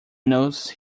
knows